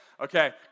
Okay